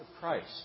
Christ